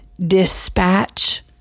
dispatch